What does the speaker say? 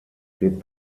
steht